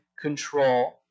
control